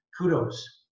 kudos